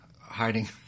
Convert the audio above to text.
hiding